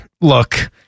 look